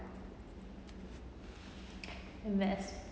mess